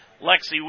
Lexi